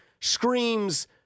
screams